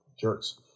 jerks